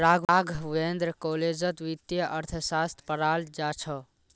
राघवेंद्र कॉलेजत वित्तीय अर्थशास्त्र पढ़ाल जा छ